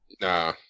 Nah